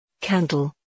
Candle